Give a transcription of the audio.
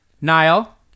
Niall